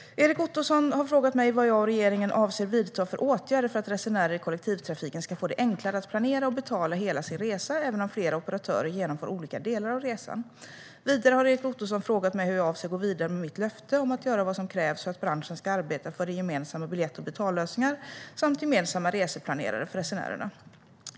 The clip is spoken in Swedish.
Erik Ottoson har frågat mig vad jag och regeringen avser att vidta för åtgärder för att resenärer i kollektivtrafiken ska få det enklare att planera och betala hela sin resa även om flera olika operatörer genomför olika delar av resan. Vidare har Erik Ottoson frågat mig hur jag avser att gå vidare med mitt löfte om att göra vad som krävs för att branschen ska arbeta för gemensamma biljett och betallösningar samt gemensamma reseplanerare för resenärerna.